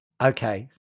okay